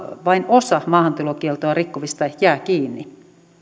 vain osa maahantulokieltoa rikkovista jää kiinni